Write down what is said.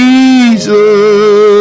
Jesus